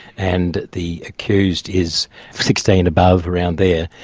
and the accused is sixteen above, around there,